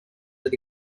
that